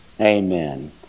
Amen